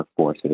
workforces